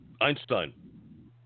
Einstein